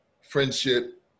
friendship